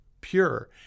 pure